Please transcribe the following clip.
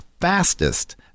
fastest